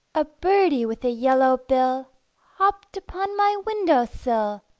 a birdie with a yellow bill hopped upon my window sill,